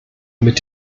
mit